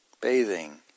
bathing